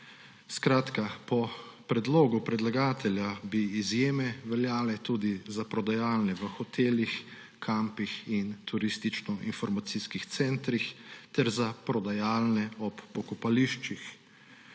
Skratka, po predlogu predlagatelja bi izjeme veljale tudi za prodajalne v hotelih, kampih in turističnoinformacijskih centrih ter za prodajalne ob pokopališčih.